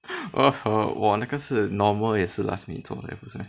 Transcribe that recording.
uh [ho] 我那个是 normal 也是 last minute 做的不是 meh